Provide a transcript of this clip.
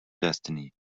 destiny